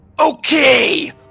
okay